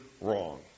wrong